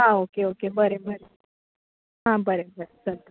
आं okay okay बरें बरें आ बरें बरें चलता